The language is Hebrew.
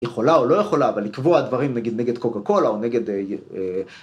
יכולה או לא יכולה אבל לקבוע דברים נגיד נגד קוקה קולה או נגד...